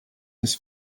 this